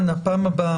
אנא לפעם הבאה,